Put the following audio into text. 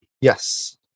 Yes